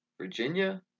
Virginia